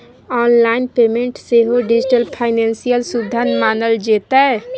online payment सेहो digital financial सुविधा मानल जेतै